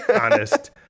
honest